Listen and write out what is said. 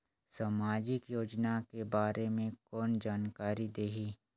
समाजिक योजना के बारे मे कोन जानकारी देही?